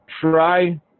Try